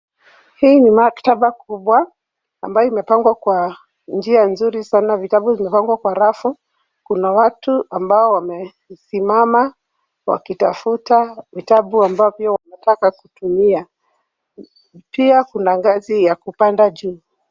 Hii ni maktaba kubwa ambayo imepangwa kwa njia nzuri sana. Vitabu vimepangwa kwa rafu. Kuna watu ambao wamesimama wakitafuta vitabu ambavyo wanataka kutumia. Pia kuna ngazi ya kupanda juu.